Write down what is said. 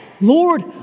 Lord